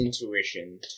intuition